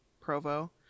Provo